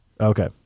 Okay